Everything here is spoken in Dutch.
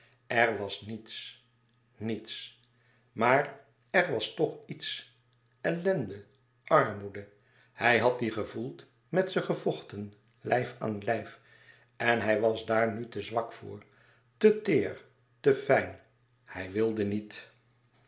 er was niets niets maar er was toch iets ellende armoede hij had die gevoeld met ze gevochten lijf aan lijf en hij was daar nu te zwak voor te teêr te fijn hij wilde niet